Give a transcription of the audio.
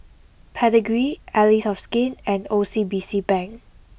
Pedigree Allies of Skin and O C B C Bank